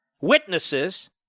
witnesses